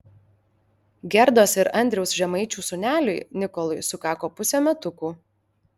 gerdos ir andriaus žemaičių sūneliui nikolui sukako pusė metukų